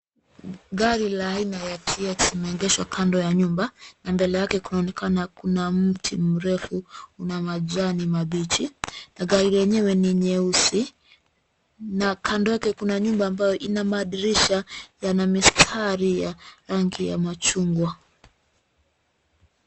Gari la aina ya TX imeegeshwa kando ya nyumba na mbele yake kunaonekana kuna mti mrefu una majani mabichi na gari lenyewe ni nyeusi na kando yake kuna nyumba ambayo ina madirisha yana mistari ya rangi ya machungwa.